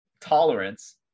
tolerance